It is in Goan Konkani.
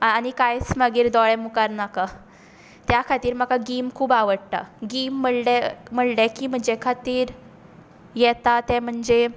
आनी कांयच मागीर दोळ्यां मुखार नाका त्या खातीर म्हाका गीम खूब आवडटा गीम म्हळ्ळे म्हळ्ळे की म्हजे खातीर येता तें म्हणजे